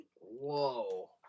Whoa